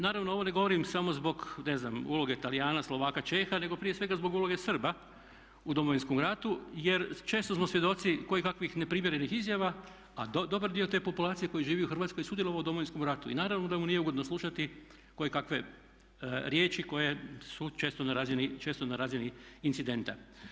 Naravno ovo ne govorim samo zbog ne znam uloge Talijana, Slovaka, Čeha nego prije svega zbog uloge Srba u Domovinskom ratu jer često smo svjedoci kojekakvih neprimjerenih izjava a dobar dio te populacije koji živi u Hrvatskoj je sudjelovao u Domovinskom ratu i naravno da mu nije ugodno slušati kojekakve riječi koje su često na razini incidenta.